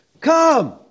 Come